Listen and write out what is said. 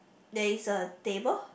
there is a table